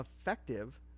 effective